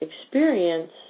experience